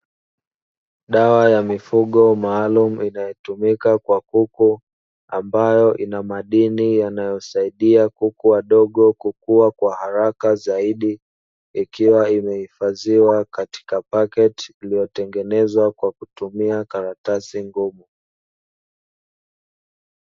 Dawa ya mifugo maalumu inayotumika kwa kuku, ambayo ina madini yanayosaidia kuku wadogo kukua kwa haraka zaidi ,ikiwa imehifadhiwa katika pakiti iliyotengenezwa kwa kutumia karatasi ngumu.